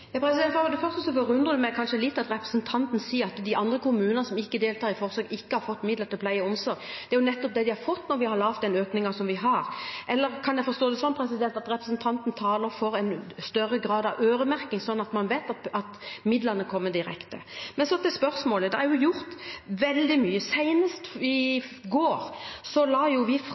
For det første forundrer det meg kanskje litt at representanten sier at de andre kommunene, som ikke deltar i forsøket, ikke har fått midler til pleie og omsorg. Det er jo nettopp det de har fått når vi har fått til den økningen som vi har. Eller kan jeg forstå det slik at representanten taler for en større grad av øremerking, slik at man vet at midlene kommer direkte? Men så til spørsmålet: Det er gjort veldig mye. Senest i går la vi